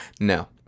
No